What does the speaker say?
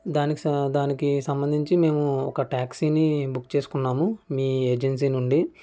దానికి స దానికి సంబంధించి మేము ఒక ట్యాక్సీని బుక్ చేసుకున్నాము మీ ఏజన్సీ నుండి